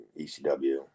ECW